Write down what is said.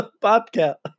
bobcat